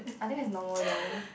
I think that's normal though